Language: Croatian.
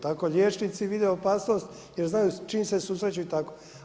Tako liječnici vide opasnost jer znaju s čim se susreću i tako.